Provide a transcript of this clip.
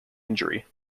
injury